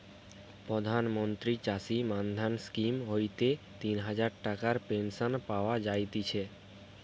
প্রধান মন্ত্রী চাষী মান্ধান স্কিম হইতে তিন হাজার টাকার পেনশন পাওয়া যায়তিছে